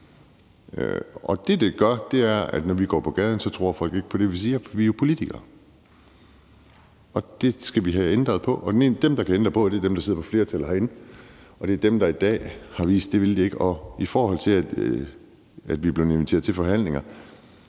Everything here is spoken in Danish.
år. Det, det gør, er, at når vi går på gaden, tror folk ikke på det, vi siger, for vi er jo politikere, og det skal vi have ændret på, og dem, der kan ændre på det, er dem, der sidder på flertallet herinde, og det er dem, der i dag har vist, at det vil de ikke. Og i forhold til at vi er blevet inviteret til forhandlinger,